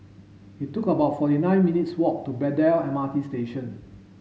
it took about forty nine minutes' walk to Braddell M R T Station